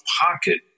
pocket